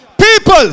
People